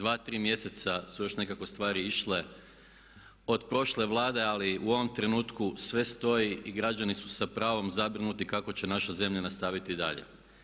Dva, tri mjeseca su još nekako stvari išle od prošle Vlade, ali u ovom trenutku sve stoji i građani su sa pravom zabrinuti kako će naša zemlja nastaviti dalje.